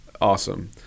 awesome